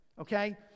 okay